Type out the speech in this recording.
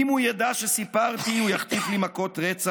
// אם הוא ידע שסיפרתי / הוא יחטיף לי מכות רצח